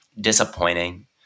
disappointing